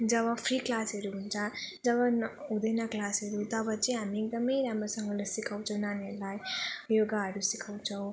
जब free क्लासहरू हुन्छ जब न हुँदैन क्लासहरू तब चाहिँ हामी एकदम राम्रोसँगले सिकाउँछौँ नानीहरूलाई योगाहरू सिकाउँछौँ